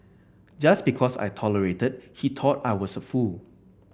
just because I tolerated he thought I was a fool